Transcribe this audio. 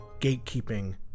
gatekeeping